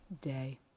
day